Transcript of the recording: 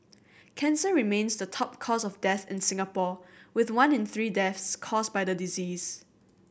cancer remains the top cause of death in Singapore with one in three deaths caused by the disease